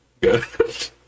good